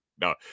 No